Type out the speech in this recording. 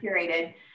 curated